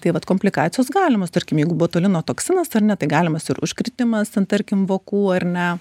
tai vat komplikacijos galimos tarkim jeigu botulino toksinas ar ne tai galimas ir užkritimas ant tarkim vokų ar ne